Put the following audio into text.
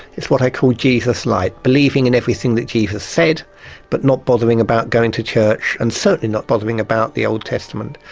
it's what i call jesus-lite, believing in everything that jesus said but not bothering about going to church and certainly not bothering about the old testament.